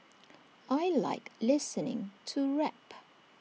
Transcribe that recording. I Like listening to rap